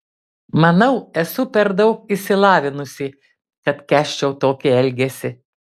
manau esu per daug išsilavinusi kad kęsčiau tokį elgesį